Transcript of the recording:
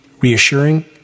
reassuring